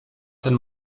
ten